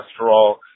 cholesterol